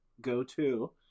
go-to